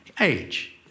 age